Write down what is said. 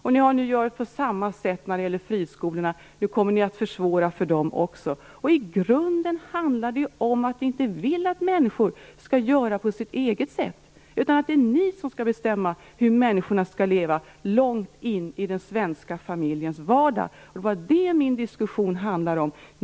Ni gör på samma sätt när det gäller friskolorna. Nu kommer ni att försvåra också för dem. I grunden handlar det om att ni inte vill att människor skall göra på sitt eget sätt. Det är ni som skall bestämma hur människorna skall leva långt in i den svenska familjens vardag. Det är det min diskussion handlar om.